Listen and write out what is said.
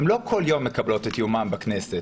הן לא כל יום מקבלות את יומן בכנסת.